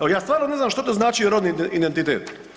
Evo ja stvarno ne znam što to znači rodni identitet.